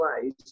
ways